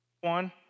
one